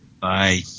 Bye